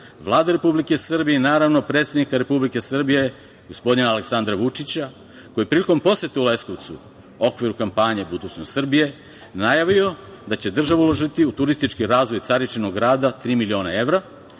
Vlade Republike Srbije i, naravno, predsednika Republike Srbije gospodina Aleksandra Vučića, koji je prilikom posete Leskovcu u okviru kampanje "Budućnost Srbije", najavio da će država uložiti turistički razvoj Caričinog rada tri miliona evra,